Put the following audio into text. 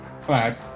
Five